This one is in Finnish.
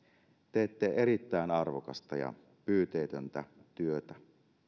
teette erittäin arvokasta ja pyyteetöntä työtä